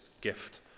gift